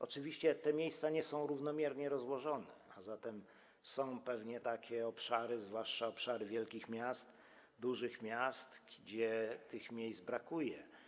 Oczywiście te miejsca nie są równomiernie rozłożone, a zatem są pewnie takie obszary, zwłaszcza obszary wielkich, dużych miast, gdzie tych miejsc brakuje.